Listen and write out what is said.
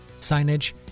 signage